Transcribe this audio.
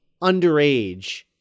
underage